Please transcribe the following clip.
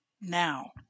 now